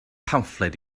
pamffled